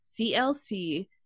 CLC